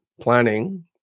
planning